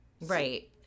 right